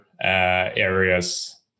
areas